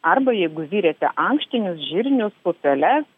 arba jeigu virėte ankštinius žirnius pupeles